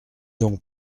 donc